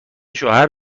شوهر